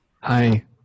Hi